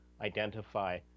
identify